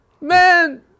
Man